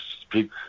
speak